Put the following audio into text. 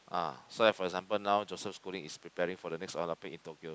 ah so like for example now Joseph-Schooling is preparing for the next Olympic in Tokyo